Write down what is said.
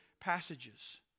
passages